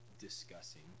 discussing